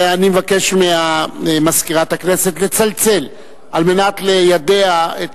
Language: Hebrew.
ואני מבקש ממזכירת הכנסת לצלצל על מנת ליידע את